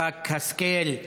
לח"כית השכל,